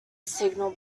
signal